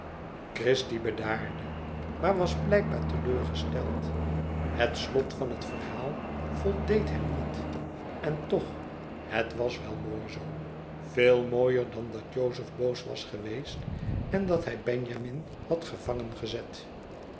christie bedaarde maar was blijkbaar teleurgesteld het slot van het verhaal voldeed hem niet en toch het was wel mooi zoo veel mooier dan dat jozef boos was geweest en benjamin had gevangen gezet